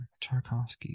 Tarkovsky